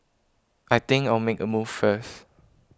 I think I'll make a move first